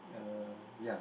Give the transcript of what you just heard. uh ya